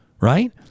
Right